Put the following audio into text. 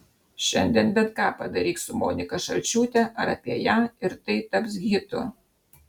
šiandien bet ką padaryk su monika šalčiūte ar apie ją ir tai taps hitu